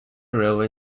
railway